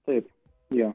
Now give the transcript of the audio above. taip jo